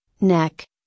neck